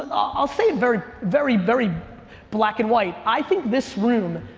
i'll say it very, very very black and white, i think this room,